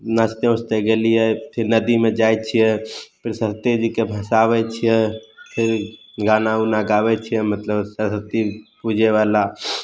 नचते ओचते गेलिए फिर नदीमे जाइत छियै फिर सरस्वती जीके भसाबैत छियै फिर गाना ओना गाबैत छियै मतलब सरसती पूजे बला